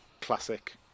classic